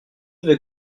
vais